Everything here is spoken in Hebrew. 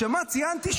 מה ציינתי?